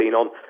on